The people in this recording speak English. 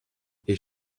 his